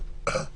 בוקר טוב לכולם.